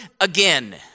again